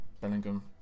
Bellingham